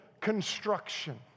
construction